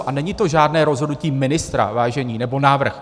A není to žádné rozhodnutí ministra, vážení, nebo návrh.